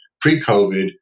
pre-COVID